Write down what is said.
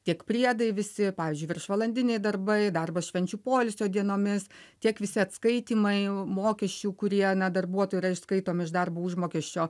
tiek priedai visi pavyzdžiui viršvalandiniai darbai darbas švenčių poilsio dienomis tiek visi atskaitymai mokesčių kurie na darbuotojui yra išskaitomi iš darbo užmokesčio